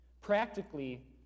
Practically